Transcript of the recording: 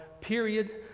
period